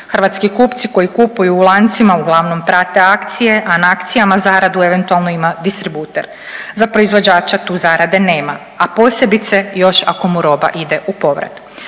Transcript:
Hrvatski kupci koji kupuju u lancima uglavnom prate akcije, a na akcijama zaradu eventualno ima distributer. Za proizvođača tu zarade nema, a posebice još ako mu roba ide u povrat.